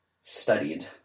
studied